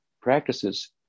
practices